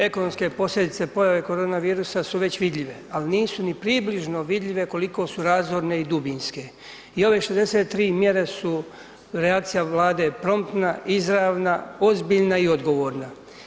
Ekonomske posljedice pojave korona virusa su već vidljive, ali nisu ni približno vidljive koliko su razorne i dubinske i ove 63 mjere su reakcija Vlade je promptna, izravna, ozbiljna i odgovorna.